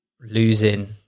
losing